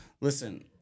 listen